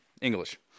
English